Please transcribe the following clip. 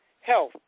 health